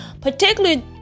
particularly